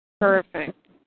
Perfect